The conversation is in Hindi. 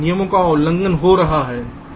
नियमों का उल्लंघन हो रहा है ठीक है